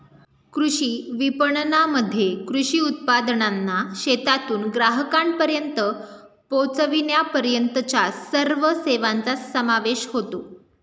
कृषी विपणनामध्ये कृषी उत्पादनांना शेतातून ग्राहकांपर्यंत पोचविण्यापर्यंतच्या सर्व सेवांचा समावेश होतो